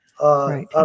right